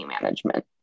management